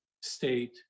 state